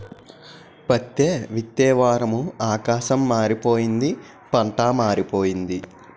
పత్తే విత్తే వారము ఆకాశం మారిపోయింది పంటా మారిపోయింది